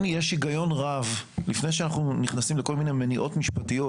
לכן יש היגיון רב לפני שאנחנו נכנסים לכל מיני מניעות משפטיות